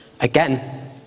again